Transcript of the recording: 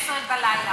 עד 24:00,